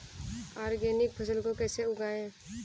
Organic फसल को कैसे उगाएँ?